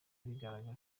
bigaragara